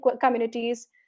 communities